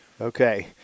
Okay